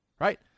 Right